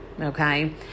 Okay